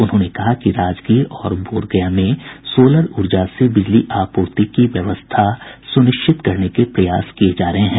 उन्होंने कहा कि राजगीर और बोधगया में सोलर ऊर्जा से बिजली आपूर्ति की व्यवस्था सुनिश्चित करने के प्रयास किये जा रहे हैं